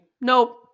Nope